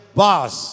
boss